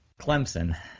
Clemson